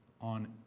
on